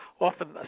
often